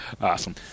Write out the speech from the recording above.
Awesome